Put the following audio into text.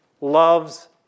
Love's